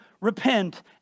repent